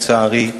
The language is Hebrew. לצערי,